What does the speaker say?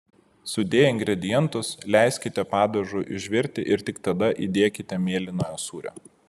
sudėję ingredientus leiskite padažui užvirti ir tik tada įdėkite mėlynojo sūrio